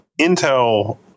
Intel